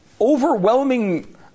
overwhelming